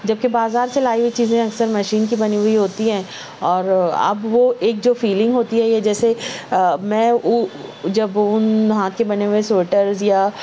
جب کہ بازار سے لائی ہوئی چیزیں اکثر مشین کی بنی ہوئی ہوتی ہے اور اب وہ ایک جو فیلنگ ہوتی ہے یا جیسے میں جب ان ہاتھ کے بنے ہوئے سویٹرز یا